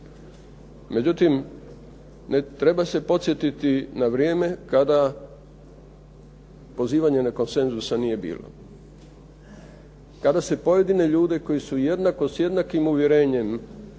Međutim treba se podsjetiti na vrijeme kada na pozivanje konsenzusa nije bilo. Kada se pojedine ljude koji su jednako s jednakim uvjerenjem i sa